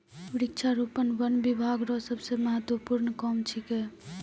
वृक्षारोपण वन बिभाग रो सबसे महत्वपूर्ण काम छिकै